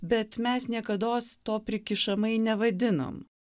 bet mes niekados to prikišamai nevadinom